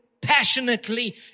passionately